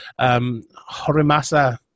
Horimasa